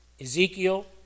Ezekiel